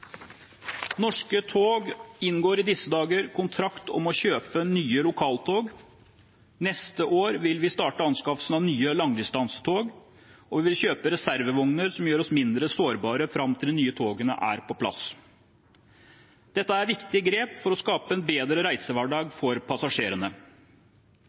Norske tog inngår i disse dager en kontrakt om å kjøpe nye lokaltog. Neste år vil vi starte anskaffelsen av nye langdistansetog, og vi vil kjøpe reservevogner som gjør oss mindre sårbare fram til de nye togene er på plass. Dette er viktige grep for å skape en bedre